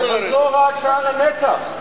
אבל זו הוראת שעה לנצח.